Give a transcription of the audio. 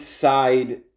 side